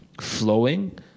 flowing